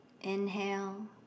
inhale